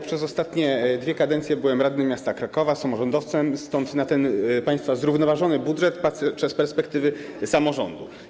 Przez ostatnie dwie kadencje byłem radnym miasta Krakowa, samorządowcem, stąd na ten państwa zrównoważony budżet patrzę z perspektywy samorządu.